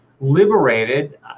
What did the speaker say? liberated